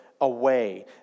away